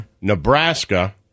Nebraska